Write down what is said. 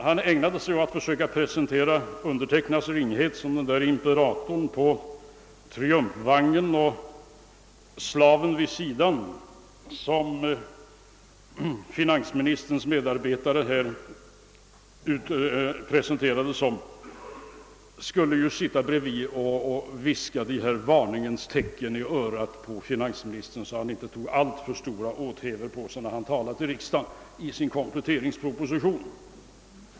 Han ägnade sig åt att försöka jämföra min ringhet med imperatorn på triumfvagnen och finansminis terns medarbetare med slaven som satt bredvid och viskade varningens ord i örat på finansministern, så att denne inte hade alltför stora åthävor när han talade till riksdagen genom sin kompletteringsproposition.